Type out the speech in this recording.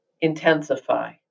intensify